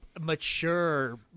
mature